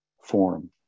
form